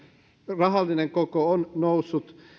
rahallinen koko on noussut